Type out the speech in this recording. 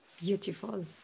Beautiful